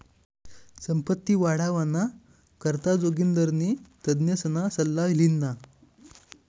संपत्ती वाढावाना करता जोगिंदरनी तज्ञसना सल्ला ल्हिना